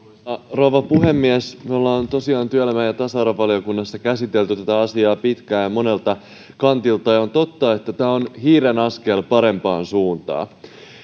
rouva puhemies me olemme tosiaan työelämä ja ja tasa arvovaliokunnassa käsitelleet tätä asiaa pitkään ja monelta kantilta on totta että tämä on hiiren askel parempaan suuntaan